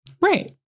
Right